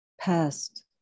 past